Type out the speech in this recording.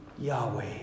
Yahweh